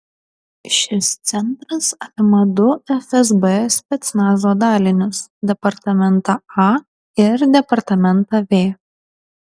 šis centras apima du fsb specnazo dalinius departamentą a ir departamentą v